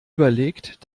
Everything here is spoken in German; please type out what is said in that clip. überlegt